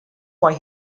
why